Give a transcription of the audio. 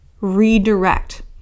redirect